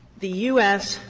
the u s.